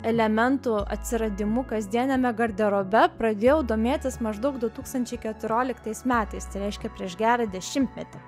elementų atsiradimu kasdieniame garderobe pradėjau domėtis maždaug du tūkstančiai keturioliktais metais tai reiškia prieš gerą dešimtmetį